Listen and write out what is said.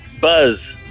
Buzz